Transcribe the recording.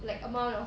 like amount of